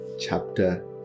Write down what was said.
chapter